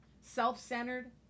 self-centered